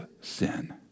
sin